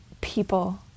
people